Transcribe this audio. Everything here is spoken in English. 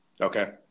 Okay